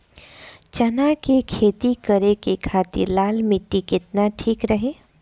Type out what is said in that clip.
चना के खेती करे के खातिर लाल मिट्टी केतना ठीक रही?